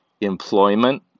employment